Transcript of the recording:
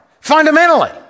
Fundamentally